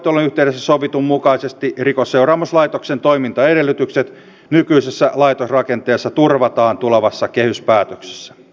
hallitusneuvottelujen yhteydessä sovitun mukaisesti rikosseuraamuslaitoksen toimintaedellytykset nykyisessä laitosrakenteessa turvataan tulevassa kehyspäätöksessä